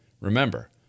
remember